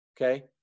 Okay